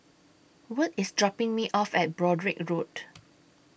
Wirt IS dropping Me off At Broadrick Road